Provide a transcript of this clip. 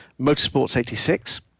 Motorsports86